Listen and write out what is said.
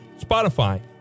Spotify